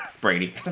Brady